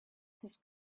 his